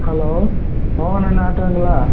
hello மோகன் அண்ணா ஆட்டோங்களா